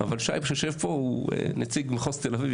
אבל שי שיושב פה הוא נציג מחוז תל אביב,